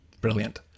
Brilliant